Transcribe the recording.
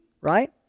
right